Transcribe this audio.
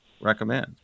recommend